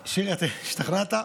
שירי, אתה השתכנעת?